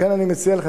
לכן אני מציע לך,